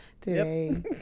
Today